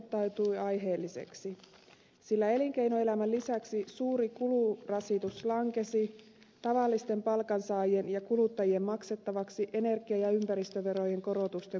huoli osoittautui aiheelliseksi sillä elinkeinoelämän lisäksi suuri kulurasitus lankesi tavallisten palkansaajien ja kuluttajien maksettavaksi energia ja ympäristöverojen korotusten muodossa